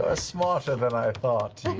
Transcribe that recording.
ah smarter than i thought,